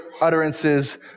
utterances